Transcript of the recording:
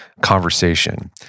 conversation